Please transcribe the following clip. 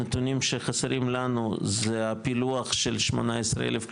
הנתונים שחסרים לנו זה הפילוח של 18 אלף קשישים,